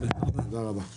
תודה רבה.